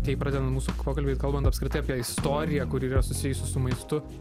tai pradedam mūsų pokalbį kalbant apskritai apie istoriją kuri yra susijusi su maistu